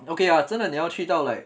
okay lah 真的你要去到 like